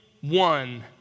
one